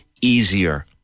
easier